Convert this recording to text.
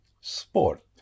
sport